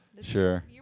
Sure